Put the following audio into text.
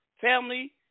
family